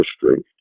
history